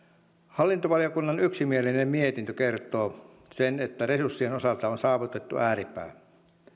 hallintovaliokunnan yksimielinen mietintö kertoo sen että resurssien osalta on saavutettu ääripää